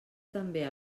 també